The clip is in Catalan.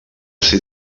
ser